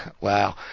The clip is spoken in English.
wow